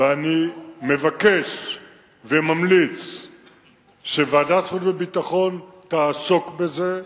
ואני מבקש וממליץ שוועדת החוץ והביטחון תעסוק בזה,